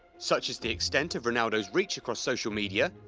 such is the extent of ronaldo's reach across social media,